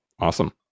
Awesome